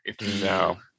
No